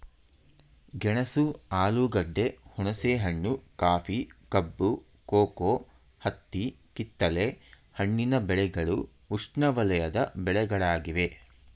ಗೆಣಸು ಆಲೂಗೆಡ್ಡೆ, ಹುಣಸೆಹಣ್ಣು, ಕಾಫಿ, ಕಬ್ಬು, ಕೋಕೋ, ಹತ್ತಿ ಕಿತ್ತಲೆ ಹಣ್ಣಿನ ಬೆಳೆಗಳು ಉಷ್ಣವಲಯದ ಬೆಳೆಗಳಾಗಿವೆ